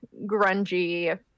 grungy